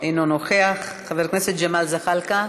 אינו נוכח, חבר הכנסת ג'מאל זחאלקה,